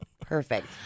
perfect